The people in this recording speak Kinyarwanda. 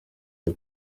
the